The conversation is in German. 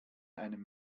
einem